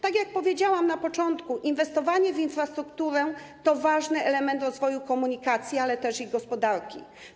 Tak jak powiedziałam na początku, inwestowanie w infrastrukturę to ważny element rozwoju komunikacji, ale też gospodarki.